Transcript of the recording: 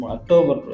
October